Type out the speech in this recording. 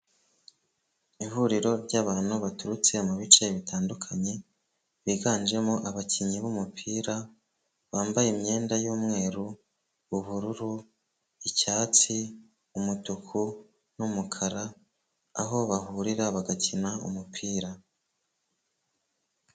Ihuriro ry'abantu baturutse mu bice bitandukanye, biganjemo abakinnyi b'umupira, bambaye imyenda y'umweru, ubururu, icyatsi, umutuku n'umukara, aho bahurira bagakina umupira.